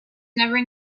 never